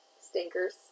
stinkers